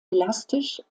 elastisch